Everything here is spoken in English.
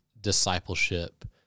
discipleship